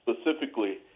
Specifically